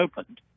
opened